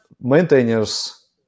maintainers